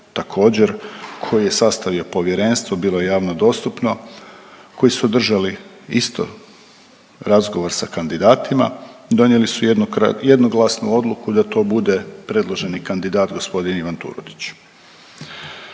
također koji je sastavio povjerenstvo, bilo je javno dostupno koji su održali isto razgovor sa kandidatima i donijeli su jednokrat… jednoglasnu odluku da to bude predloženi kandidat gospodin Ivan Turudić.